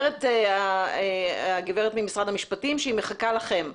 אומרת הגברת ממשרד המשפטים שהיא מחכה לכם.